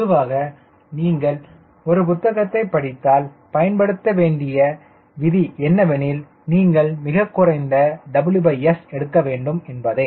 பொதுவாக நீங்கள் ஒரு புத்தகத்தைப் படித்தால் பயன்படுத்த வேண்டிய விதி என்னவெனில் நீங்கள் மிகக்குறைந்த WS எடுக்க வேண்டும் என்பதே